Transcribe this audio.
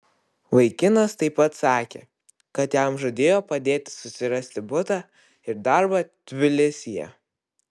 vaikinas taip pat sakė kad jam žadėjo padėti susirasti butą ir darbą tbilisyje